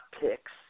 picks